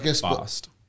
fast